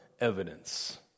evidence